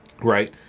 Right